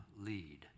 lead